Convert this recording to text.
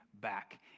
back